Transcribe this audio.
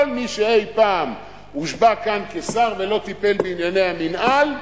כל מי שאי-פעם הושבע כאן כשר ולא טיפל בענייני המינהל,